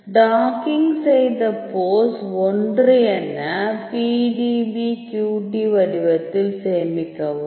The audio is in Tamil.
டாக்கிங் செய்தபோஸ் 1 என PDBQT வடிவத்தில் சேமிக்கலாம்